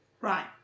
Right